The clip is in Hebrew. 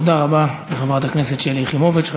תודה רבה לחברת הכנסת שלי יחימוביץ.